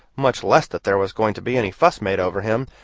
much less that there was going to be any fuss made over him,